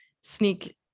sneak